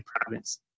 province